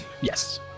Yes